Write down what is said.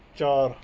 ਚਾਰ